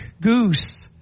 goose